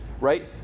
right